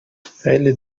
خیلی